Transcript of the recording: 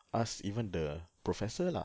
ask even the professor lah